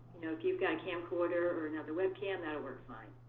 if you've got a camcorder, or another webcam, that'll work fine.